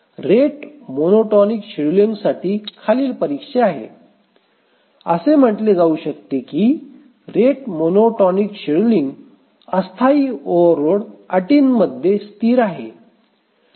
rate monotonic शेड्यूलिंगसाठी खालील परीक्षा आहे असे म्हटले जाऊ शकते की रेट मोनोटॉनिक शेड्यूलिंग अस्थायी ओव्हरलोड अटींमध्ये स्थिर आहे